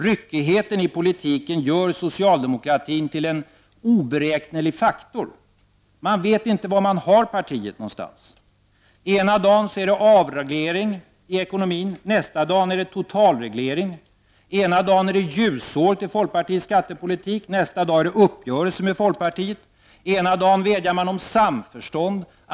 Ryckigheten i politiken gör socialdemokratin till en oberäknelig faktor. Man vet inte var man har partiet någonstans. Ena dagen är det avreglering av ekonomin. Nästa dag är det totalreglering. Ena dagen är det ljusår till folkpartiets skattepolitik. Nästa dag är det uppgörelse med folkpartiet. Ena dagen vädjar man om samförstånd.